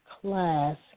class